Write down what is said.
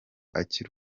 akiri